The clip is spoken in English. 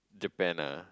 Japan ah